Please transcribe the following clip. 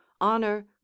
honor